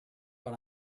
but